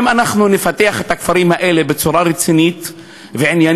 אם אנחנו נפתח את הכפרים האלה בצורה רצינית ועניינית,